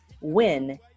win